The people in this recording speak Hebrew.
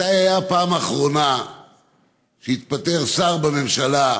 מתי הייתה הפעם האחרונה שהתפטר שר בממשלה,